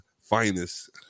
finest